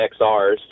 xrs